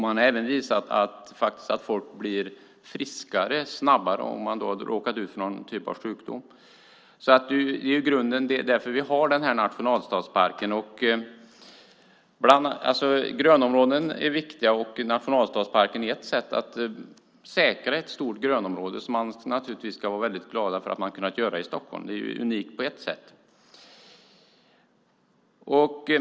Man har också visat att folk blir friskare snabbare genom att vistas i naturen om de har drabbats av någon sjukdom. Det är ju i grunden därför vi har nationalstadsparken. Grönområden är viktiga. Nationalstadsparken är ett sätt att säkra ett stort grönområde, och det ska man naturligtvis vara glad för att man har kunnat göra i Stockholm. Det är unikt på ett sätt.